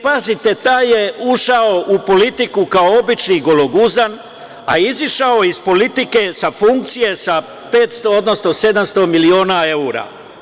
Pazite, taj je ušao u politiku kao obični gologuzan, a izišao iz politike sa funkcije sa 700 miliona evra.